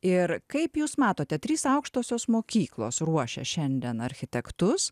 ir kaip jūs matote trys aukštosios mokyklos ruošia šiandien architektus